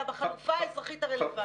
אלא בחלופה האזרחית הרלבנטית.